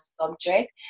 subject